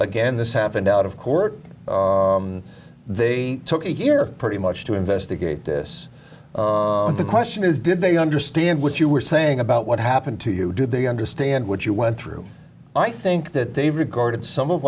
again this happened out of court they took here pretty much to investigate this the question is did they understand what you were saying about what happened to you do they understand what you went through i think that they regarded some of